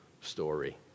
story